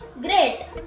Great